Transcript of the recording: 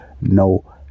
no